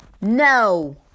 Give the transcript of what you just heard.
no